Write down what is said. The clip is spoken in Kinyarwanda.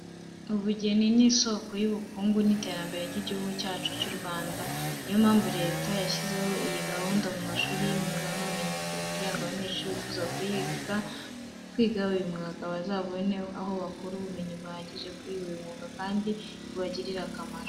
Ubugeni ni isoko y'ubukungu n'iterambere ry'Igihugu cyacyu cy'u Rwanda. Niyo mpamvu Leta y'u Rwanda yashyizeho iyi gahunda mu mashuri y'imyuga n'ubumenyingiro kugira ngo abanyeshuri bifuza kwiga uyu mwiga, bazabone aho bakura ubumenyi buhagije kuri uyu mwuga kandi ubagirire akamaro.